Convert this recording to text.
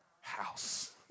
house